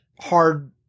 hard